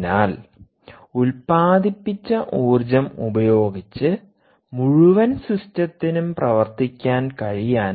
അതിനാൽ ഉൽപാദിപ്പിച്ച ഊർജ്ജം ഉപയോഗിച്ച് മുഴുവൻ സിസ്റ്റത്തിനും പ്രവർത്തിക്കാൻ കഴിയാൻ